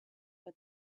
but